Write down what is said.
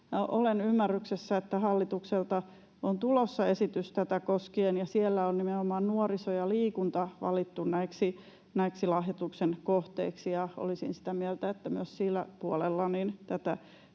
Olen ymmärryksessä, että hallitukselta on tulossa esitys tätä koskien ja siellä on nimenomaan nuoriso ja liikunta valittu näiksi lahjoituksen kohteiksi. Olisin sitä mieltä, että myös sillä puolella